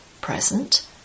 present